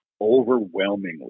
overwhelmingly